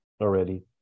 already